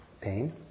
pain